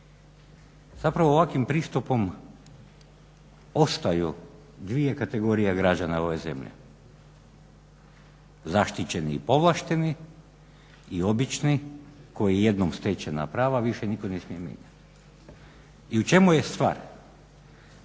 Zapravo ovakvim pristupom ostaju dvije kategorije građana ove zemlje, zaštićeni i povlašteni i obični koji jednom stečena prava više nitko ne smije imati. I u čemu je stvar